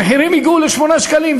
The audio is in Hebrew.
המחירים הגיעו ל-8 שקלים,